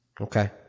Okay